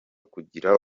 kugira